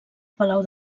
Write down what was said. palau